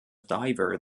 diver